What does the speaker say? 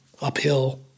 uphill